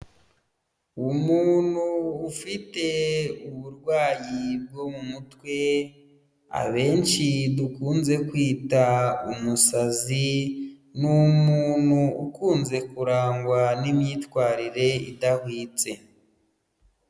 Umuntu ufite uburwayi bwo mu mutwe abenshi dukunze kwita umusazi n'umuntu ukunze kurangwa n'imyitwarire idahwitse.